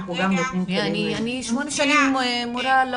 אנחנו גם נותנים כלים --- אני שמונה שנים מורה,